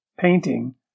painting